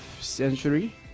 century